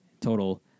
total